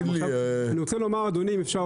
עכשיו, אני רוצה לומר אדוני, אם אפשר.